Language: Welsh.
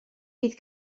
bydd